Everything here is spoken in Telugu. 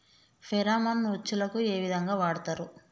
ఫెరామన్ ఉచ్చులకు ఏ విధంగా వాడుతరు?